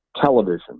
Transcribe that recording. television